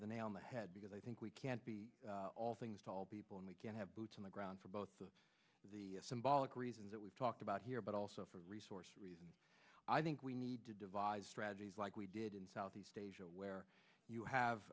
the nail on the head because i think we can't be all things to all people and we can't have boots on the ground for both the symbolic reasons that we've talked about here but also for resource reasons i think we need to devise strategies like we did in southeast asia where you have